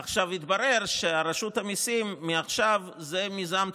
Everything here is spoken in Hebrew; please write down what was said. עכשיו, התברר שרשות המיסים מעכשיו זה מיזם ציבורי.